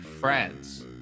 friends